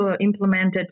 implemented